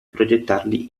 progettarli